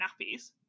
nappies